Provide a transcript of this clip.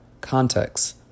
context